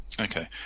Okay